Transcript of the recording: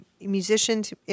musicians